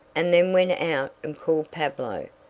and then went out and called pablo,